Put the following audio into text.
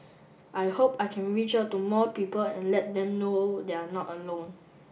I hope I can reach out to more people and let them know they're not alone